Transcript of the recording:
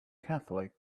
catholic